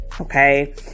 okay